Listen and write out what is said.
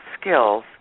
skills